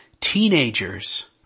teenagers